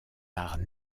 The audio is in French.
arts